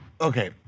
Okay